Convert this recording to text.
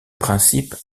principes